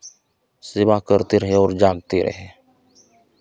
सेवा करते रहे और जागते रहे